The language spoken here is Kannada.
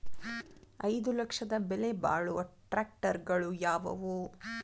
ಐದು ಲಕ್ಷದ ಬೆಲೆ ಬಾಳುವ ಟ್ರ್ಯಾಕ್ಟರಗಳು ಯಾವವು?